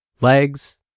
legs